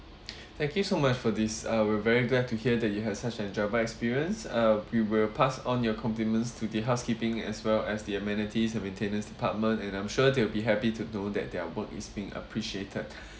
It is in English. thank you so much for this uh we are very glad to hear that you have such an enjoyable experience uh we will pass on your compliments to the housekeeping as well as the amenities and maintenance department and I'm sure they'll be happy to know that their work is being appreciated